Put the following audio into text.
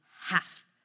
half